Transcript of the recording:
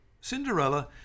Cinderella